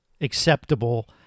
acceptable